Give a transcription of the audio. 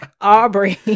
Aubrey